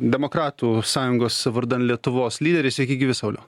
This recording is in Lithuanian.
demokratų sąjungos vardan lietuvos lyderis sveiki gyvi sauliau